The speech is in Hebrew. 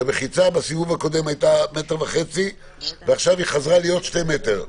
שהמחיצה בסיבוב הקודם הייתה מטר וחצי ועכשיו היא חזרה להיות שני מטר.